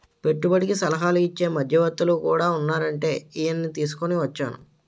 పెట్టుబడికి సలహాలు ఇచ్చే మధ్యవర్తులు కూడా ఉన్నారంటే ఈయన్ని తీసుకుని వచ్చేను